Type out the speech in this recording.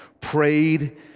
prayed